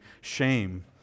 shame